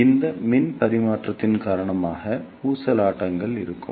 எனவே இந்த மின் பரிமாற்றத்தின் காரணமாக ஊசலாட்டங்கள் இருக்கும்